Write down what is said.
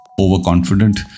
overconfident